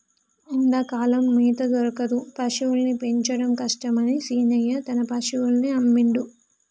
ఎండాకాలం మేత దొరకదు పశువుల్ని పెంచడం కష్టమని శీనయ్య తన పశువుల్ని అమ్మిండు